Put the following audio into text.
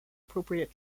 appropriate